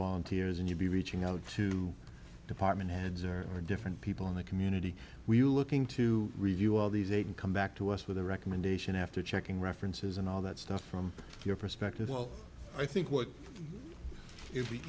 volunteers and you'd be reaching out to department heads there are different people in the community we're looking to review all these aid and come back to us with a recommendation after checking references and all that stuff from your perspective well i think what i